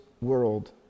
world